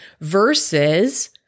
Versus